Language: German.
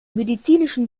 medizinischen